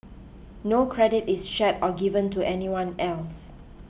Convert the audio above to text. no credit is shared or given to anyone else